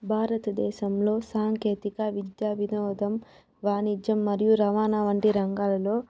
భారతదేశంలో సాంకేతిక విద్యా వినోదం వాణిజ్యం మరియు రవాణా వంటి రంగాలలో